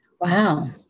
Wow